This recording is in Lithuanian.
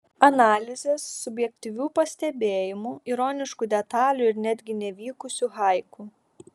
analizės subjektyvių pastebėjimų ironiškų detalių ir netgi nevykusių haiku